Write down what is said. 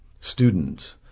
students